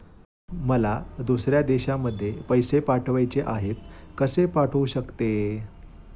मला दुसऱ्या देशामध्ये पैसे पाठवायचे आहेत कसे पाठवू शकते?